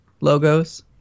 logos